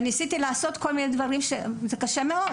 ניסיתי לעשות כל מיני דברים כדי לשנות את זה אבל זה קשה מאוד.